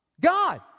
God